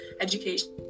education